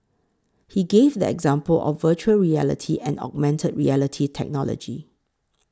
he gave the example of Virtual Reality and augmented reality technology